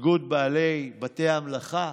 איגוד בעלי בתי המלאכה.